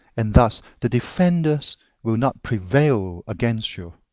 and thus the defenders will not prevail against you.